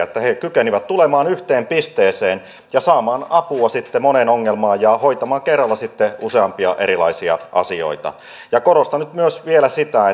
että he kykenivät tulemaan yhteen pisteeseen ja saamaan apua sitten moneen ongelmaan ja hoitamaan kerralla useampia erilaisia asioita korostan myös vielä sitä